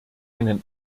einen